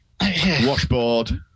Washboard